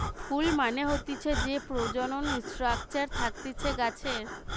ফুল মানে হতিছে যে প্রজনন স্ট্রাকচার থাকতিছে গাছের